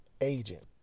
agent